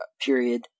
Period